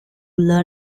learn